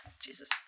Jesus